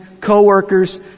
coworkers